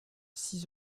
six